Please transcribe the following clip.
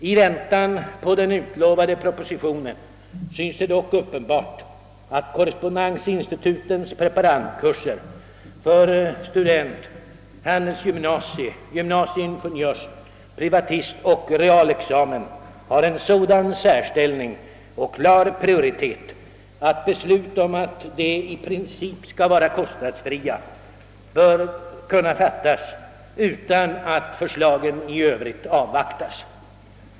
I väntan på den utlovade propositionen synes det dock uppenbart att korrespondensinstitutens preparandkurser för student-, handelsgymnasie-, gymnasieingenjörs-, privatistoch realexamen har en sådan särställning och klar prioritet att beslut om att de i princip skall vara kostnadsfria bör kunna fattas utan att förslagen i övrigt avvaktas.